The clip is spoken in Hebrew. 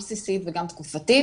גם בסיסית וגם תקופתית,